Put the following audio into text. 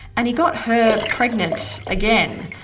and he got her pregnant again.